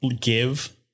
give